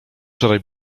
wczoraj